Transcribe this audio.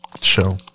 show